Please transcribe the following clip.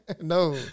No